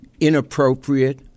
inappropriate